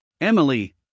Emily